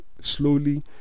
slowly